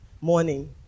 morning